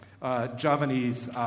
Javanese